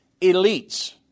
Elites